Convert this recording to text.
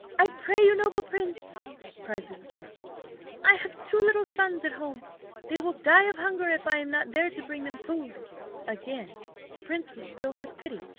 i pray you, noble prince cried the stork i have two little sons at home they will die of hunger if i am not there to bring them food again the prince was filled with pity,